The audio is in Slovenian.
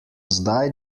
zdaj